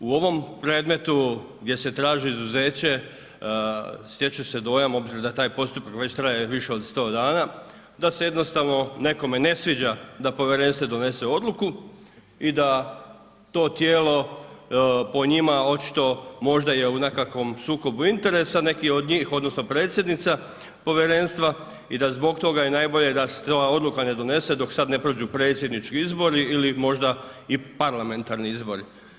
U ovom predmetu gdje se traži izuzeće, stječe se dojam, obzirom da taj postupak već traje više od 100 dana, da se jednostavno nekome ne sviđa da povjerenstvo donese odluku i da to tijelo po njima očito možda je u nekakvom sukobu interesa, neki od njih odnosno predsjednica povjerenstva i da zbog je najbolje da se ta odluka ne donese dok sad ne prođu predsjednički izbori ili možda i parlamentarni izbori.